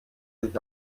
sich